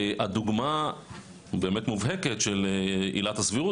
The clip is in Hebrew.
הדוגמה באמת מובהקת של עילת הסבירות,